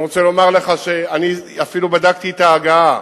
אני יכול להגיד לך שאפילו בדקתי את ההגהה